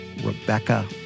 Rebecca